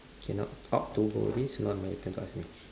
cannot opt to go this classmate